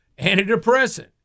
antidepressant